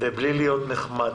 ובלי להיות נחמד.